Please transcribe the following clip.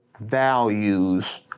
values